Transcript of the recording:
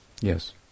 Yes